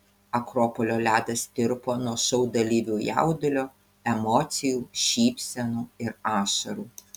akropolio ledas tirpo nuo šou dalyvių jaudulio emocijų šypsenų ir ašarų